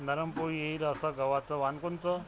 नरम पोळी येईन अस गवाचं वान कोनचं?